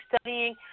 studying